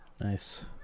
Nice